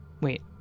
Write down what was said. Wait